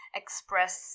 express